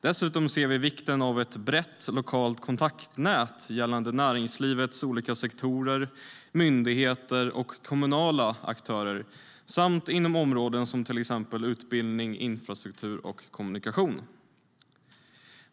Dessutom är det viktigt med ett brett, lokalt kontaktnät för näringslivets olika sektorer, myndigheter och kommunala aktörer samt inom områden som till exempel utbildning, infrastruktur och kommunikation.